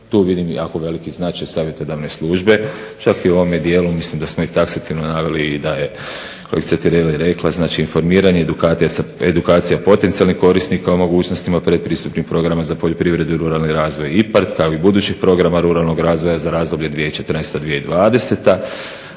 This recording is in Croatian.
Tu vidim jako veliki značaj savjetodavne službe čak i u ovome dijelu mislim da smo taksativno naveli i da je kolegica Tireli rekla znači informiranje i edukacija potencijalnih korisnika o mogućnostima predpristupnim programa za poljoprivredu i ruralni razvoj, IPARD kao i budućih programa ruralnog razvoja za razdoblje 2014.-2020.,